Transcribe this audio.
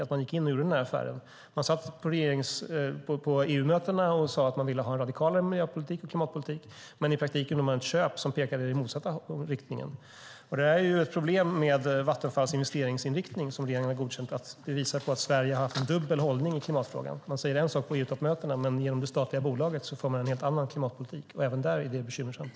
På EU-mötena sade regeringen att man ville ha en radikalare miljö och klimatpolitik, men i praktiken gjorde man ett köp som pekade i motsatt riktning. Vattenfalls investeringsinriktning, som regeringen godkänt, visar att Sverige har en dubbel hållning i klimatfrågan. Regeringen säger en sak på EU:s toppmöten, men genom det statliga bolaget för man en helt annan klimatpolitik. Även där är det bekymmersamt.